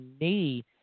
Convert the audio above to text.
knee